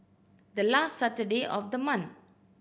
the last Saturday of the month